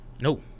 No